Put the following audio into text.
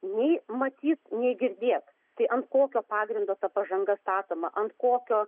nei matyt nei girdėt tai ant kokio pagrindo ta pažanga statoma ant kokio